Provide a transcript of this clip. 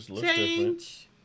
Change